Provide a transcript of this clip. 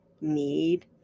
need